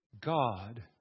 God